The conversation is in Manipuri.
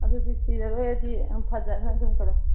ꯑꯗꯨꯗꯤ ꯁꯤꯔꯔꯣꯏ ꯍꯥꯏꯗꯤ ꯐꯖꯅ ꯑꯗꯨꯝ